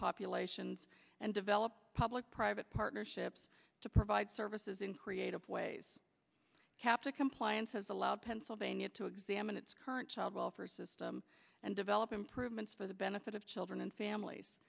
populations and develop public private partnerships to provide services in creative ways captive compliance has allowed pennsylvania to examine its current child welfare system and develop improvement for the benefit of children and families